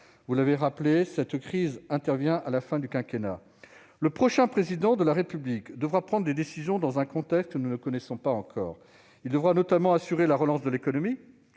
Vous l'avez rappelé, cette crise intervient à la fin du quinquennat. Le prochain Président de la République devra prendre des décisions dans un contexte que nous ne connaissons pas encore. Il devra notamment assurer la relance de l'économie,